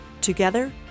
Together